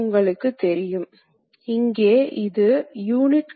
உலோகத்தை வெட்டும் நேரமானது குறைந்து விடும்